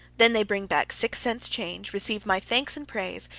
then they bring back six cents change, receive my thanks and praise,